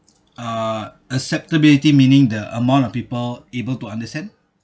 uh acceptability meaning the amount of people able to understand